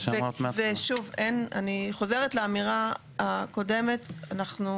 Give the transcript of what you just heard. אני חוזרת שוב לאמירה הקודמת, אנחנו